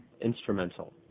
Instrumental